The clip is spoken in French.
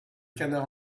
canard